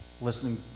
listening